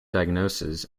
diagnoses